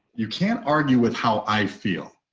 you can't argue with how i feel.